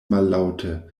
mallaŭte